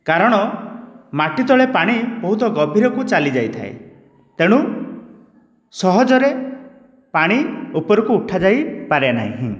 କାରଣ ମାଟି ତଳେ ପାଣି ବହୁତ ଗଭୀରକୁ ଚାଲି ଯାଇଥାଏ ତେଣୁ ସହଜରେ ପାଣି ଉପରକୁ ଉଠା ଯାଇପାରେ ନାହିଁ